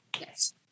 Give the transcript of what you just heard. yes